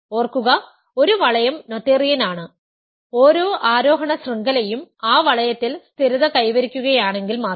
ഓർക്കുക ഒരു വളയം നോതേറിയൻ ആണ് ഓരോ ആരോഹണ ശൃംഖലയും ആ വളയത്തിൽ സ്ഥിരത കൈവരിക്കുകയാണെങ്കിൽ മാത്രം